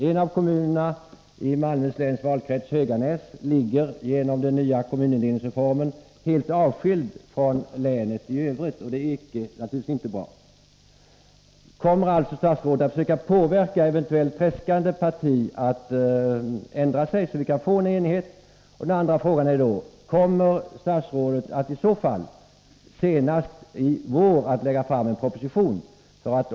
En av kommunerna i Malmöhus läns valkrets, Höganäs, ligger genom den nya kommunindelningsreformen helt avskild från länet i övrigt, och det är naturligtvis inte bra. Kommer alltså statsrådet att försöka påverka ett eventuellt tredskande parti att ändra sig, så att vi kan få enighet? Den andra frågan blir då: Kommer statsrådet att i så fall senast i vår lägga fram en proposition?